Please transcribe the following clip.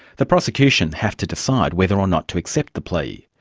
the prosecution have to decide whether or not to accept the plea.